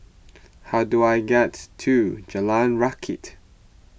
how do I get to Jalan Rakit